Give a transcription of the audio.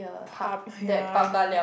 hub ya I know